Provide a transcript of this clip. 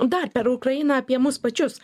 dar per ukrainą apie mus pačius